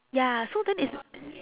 ya so then it's